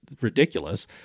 ridiculous